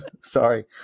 Sorry